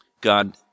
God